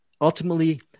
ultimately